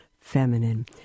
feminine